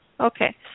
Okay